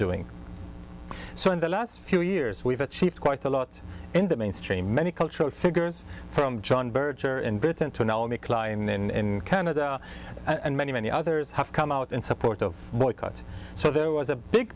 doing so in the last few years we've achieved quite a lot in the mainstream many cultural figures from john bircher in britain to now make law in canada and many many others have come out in support of boycott so there was a big